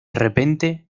repente